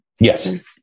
Yes